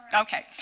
okay